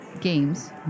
games